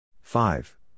five